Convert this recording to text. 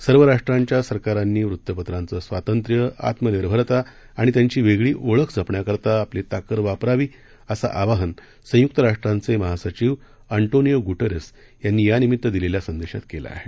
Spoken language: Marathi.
सर्व राष्ट्रांच्या सरकारांनी वृत्तपत्रांचं स्वातंत्र्य आत्मनिर्भरता आणि त्यांची वेगळी ओळख जपण्याकरता आपली ताकद वापरावी असं आवाहन संयुक्त राष्ट्रांचे महासचिव अंटोनियो गुटेरस यांनी यानिमित्त दिलेल्या संदेशात केलं आहे